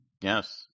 Yes